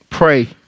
Pray